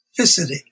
specificity